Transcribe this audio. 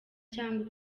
cyangwa